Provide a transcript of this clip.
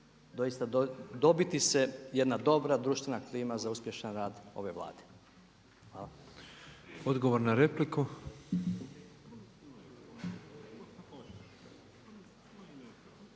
dobiti se jedna dobra društvena klima za uspješan rad ove Vlade. Hvala. **Petrov, Božo